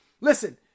Listen